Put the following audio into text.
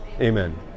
Amen